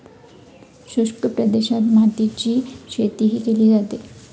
शुष्क प्रदेशात मातीरीची शेतीही केली जाते